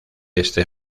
este